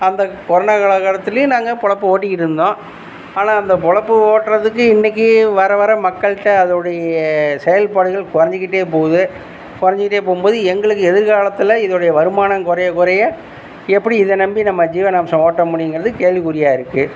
அந்த கொரோனா கால காலத்துலயும் நாங்கள் பிழப்ப ஒட்டிக்கிட்டுருந்தோம் ஆனால் அந்த பிழப்ப ஒட்டுறதுக்கு இன்னைக்கு வர வர மக்கள்கிட்ட அதோடைய செயல்பாடுகள் குறஞ்சிகிட்டே போகுது குறஞ்சிகிட்டே போகும்போது எங்களுக்கு எதிர்காலத்தில் இதோடைய வருமானம் குறைய குறைய எப்படி இதை நம்பி நம்ம ஜீவனாம்சம் ஓட்ட முடியும்ங்கறது கேள்விகுறியாகருக்கு